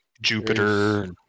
Jupiter